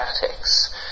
mathematics